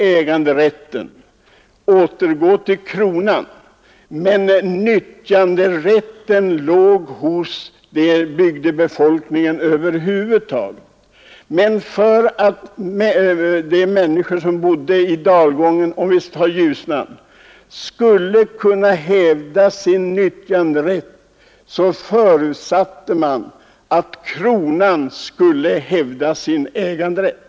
Äganderätten kvarstår hos kronan, men nyttjanderätten låg kvar hos bygdebefolkningen över huvud taget. För att de människor som bodde i stora Ljusnans dalgång skulle kunna hävda sin nyttjanderätt, förutsatte man att kronan skulle hävda sin äganderätt.